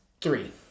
three